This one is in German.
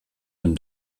dem